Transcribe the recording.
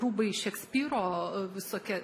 rūbai šekspyro visokie